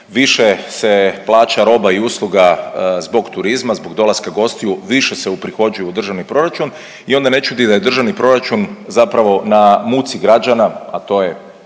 više se plaća roba i usluga zbog turizma, zbog dolaska gostiju, više se uprihođuje u državni proračun i onda ne čudi da je državni proračun zapravo na muci građana, a to je